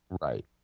right